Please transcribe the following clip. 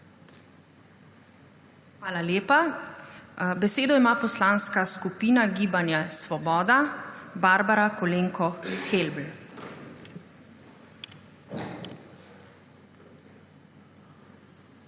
Hvala lepa. Besedo ima poslanska skupina Gibanje Svoboda, Barbara Kolenko Helbl. **BARBARA